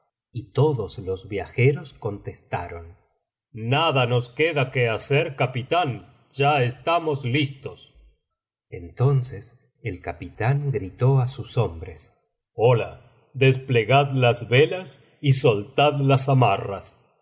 y todos los viajeros contestaron nada nos queda que hacer capitán ya estamos listos entonces el capitán gritó á sus hombres hola desplegad las velas y soltad las amarras